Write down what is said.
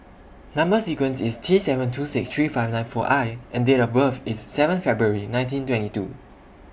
Number sequence IS T seven two six three five nine four I and Date of birth IS seven February nineteen twenty two